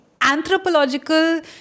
anthropological